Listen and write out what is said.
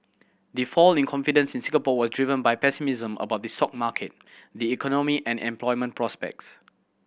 the fall in confidence in Singapore was driven by pessimism about the sock market the economy and employment prospects